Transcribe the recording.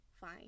fine